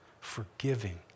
forgiving